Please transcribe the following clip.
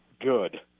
good